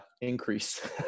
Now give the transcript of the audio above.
increase